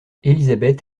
élisabeth